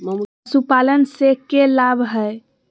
पशुपालन से के लाभ हय?